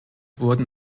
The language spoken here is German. wurden